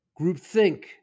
groupthink